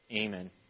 Amen